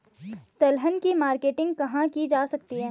दलहन की मार्केटिंग कहाँ की जा सकती है?